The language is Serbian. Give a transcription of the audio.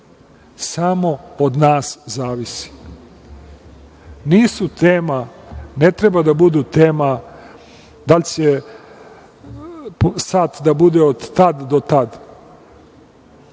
samo od nas zavisi. Nisu tema, ne treba da budu tema da li će sat da bude od tad do